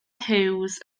hughes